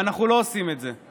ואנחנו לא עושים את זה.